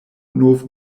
nov